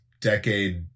decade